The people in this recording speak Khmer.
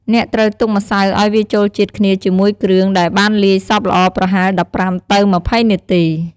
អ្នកត្រូវទុកម្សៅឱ្យវាចូលជាតិគ្នាជាមួយគ្រឿងដែលបានលាយសព្វល្អប្រហែល ១៥ ទៅ ២០ នាទី។